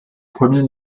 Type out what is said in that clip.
premiers